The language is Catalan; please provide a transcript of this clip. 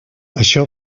això